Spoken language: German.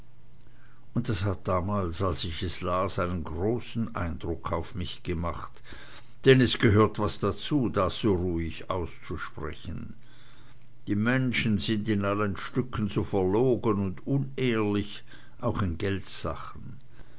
und das hat damals als ich es las einen großen eindruck auf mich gemacht denn es gehört was dazu das so ruhig auszusprechen die menschen sind in allen stücken so verlogen und unehrlich auch in geldsachen